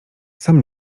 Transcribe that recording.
sam